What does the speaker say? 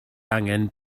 angen